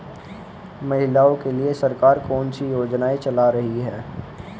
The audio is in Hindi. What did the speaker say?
महिलाओं के लिए सरकार कौन सी योजनाएं चला रही है?